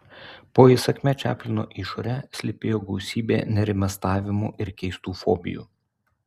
po įsakmia čaplino išore slypėjo gausybė nerimastavimų ir keistų fobijų